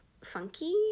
funky